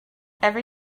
every